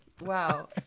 wow